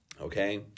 Okay